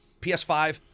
PS5